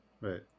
Right